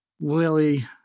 Willie